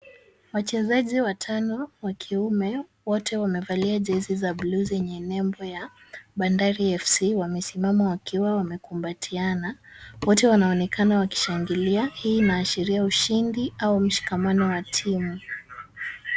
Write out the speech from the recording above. Wachezaji watano wa kiume, wote wamevalia jezi za blue zenye nembo ya Bandari FC. Wamesimama wakiwa wamekumbatiana. Wote wanaonekana wakishangiia. Hii inaashiria ushindi au ushikamano wa timu.